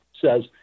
says